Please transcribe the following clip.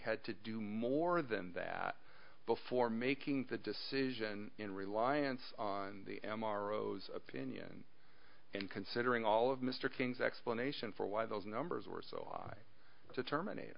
had to do more than that before making the decision in reliance on the m r i opinion and considering all of mr king's explanation for why those numbers or so to terminate